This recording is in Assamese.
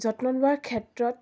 যত্ন লোৱাৰ ক্ষেত্ৰত